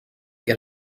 get